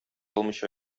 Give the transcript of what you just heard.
алмыйча